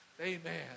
Amen